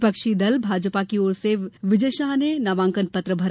विपक्षी दल भाजपा की ओर से विजय शाह ने नामांकनपत्र भरा